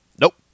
Nope